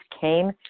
came